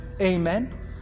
Amen